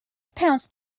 pounced